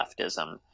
leftism